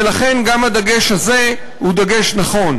ולכן גם הדגש הזה הוא דגש נכון.